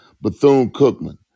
Bethune-Cookman